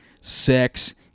sex